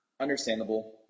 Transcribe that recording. Understandable